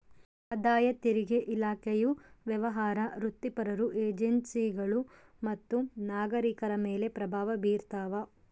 ಆದಾಯ ತೆರಿಗೆ ಇಲಾಖೆಯು ವ್ಯವಹಾರ ವೃತ್ತಿಪರರು ಎನ್ಜಿಒಗಳು ಮತ್ತು ನಾಗರಿಕರ ಮೇಲೆ ಪ್ರಭಾವ ಬೀರ್ತಾವ